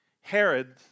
Herod